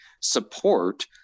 support